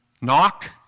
knock